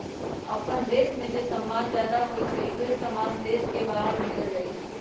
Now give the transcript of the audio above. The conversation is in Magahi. अप्पन देश में जे समान जादा होई छई उहे समान देश के बाहर भेजल जाई छई